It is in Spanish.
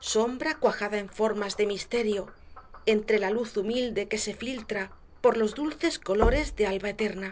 sombra cuajada en formas de misterio entre la luz humilde que se ñltra por los dulces colores de alba eterna